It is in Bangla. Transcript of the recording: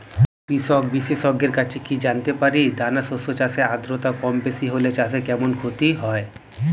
কৃষক বিশেষজ্ঞের কাছে কি জানতে পারি দানা শস্য চাষে আদ্রতা কমবেশি হলে চাষে কেমন ক্ষতি হয়?